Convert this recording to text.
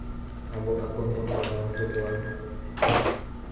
ᱟᱵᱚ ᱟᱠᱚ ᱦᱚᱸᱵᱚᱱ ᱯᱟᱲᱦᱟᱣ ᱦᱚᱪᱚ ᱠᱚᱣᱟ